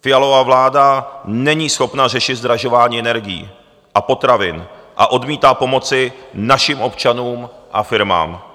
Fialova vláda není schopna řešit zdražování energií a potravin a odmítá pomoci našim občanům a firmám.